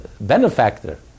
benefactor